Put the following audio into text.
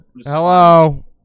Hello